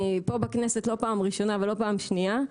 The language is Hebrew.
אני פה בכנסת, לא פעם ראשונה ולא פעם שנייה.